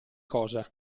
cosa